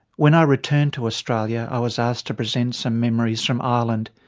when i returned to australia i was asked to present some memories from ireland.